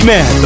Man